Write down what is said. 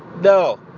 No